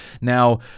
Now